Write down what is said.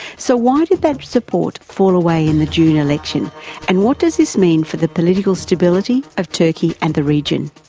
so why did that support fall away in the june election and what does this mean for the political stability of turkey and the region?